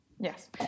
Yes